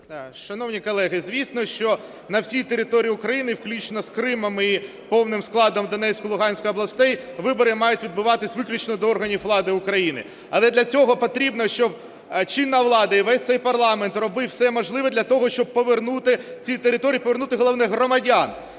Шановні колеги! Звісно, що на всій території України, включно з Кримом і повним складом Донецької, Луганської областей, вибори мають відбуватись виключно до органів влади України. Але для цього потрібно, щоб чинна влада і весь цей парламент робив все можливе для того, щоб повернути ці території, повернути, головне, громадян.